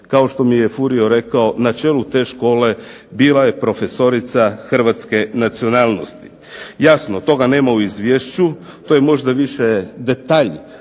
kao što mi je Furio rekao, na čelu te škole bila je profesorica hrvatske nacionalnosti. Jasno, toga nema u izvješću, to je možda više detalj